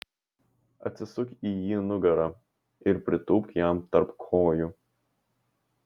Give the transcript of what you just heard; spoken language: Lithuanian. atsisuk į jį nugara ir pritūpk jam tarp kojų